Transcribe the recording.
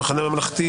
המחנה הממלכתי,